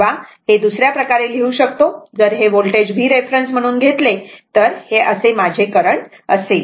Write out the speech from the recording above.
किंवा हे दुसर्या प्रकारे लिहू शकतो जर हे व्होल्टेज v रेफरन्स म्हणून घेतले तर हे असे माझे करंट असेल